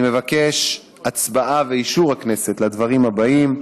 אני מבקש המלצה ואישור של הכנסת לדברים האלה: